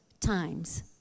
times